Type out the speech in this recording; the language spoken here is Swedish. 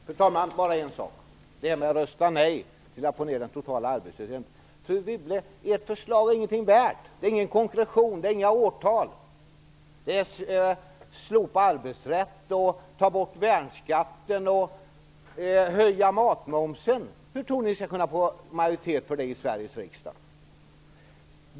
Fru talman! Jag skall bara säga en sak om att rösta nej till att få ned den totala arbetslösheten. Fru Wibble, ert förslag är ingenting värt. Det innebär ingen konklusion, och det finns inga årtal i det. Förslaget innebär att man vill slopa arbetsrätten, ta bort värnskatten och höja matmomsen. Hur tror ni att ni skall kunna få majoritet för det i Sveriges riksdag?